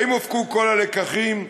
האם הופקו כל הלקחים?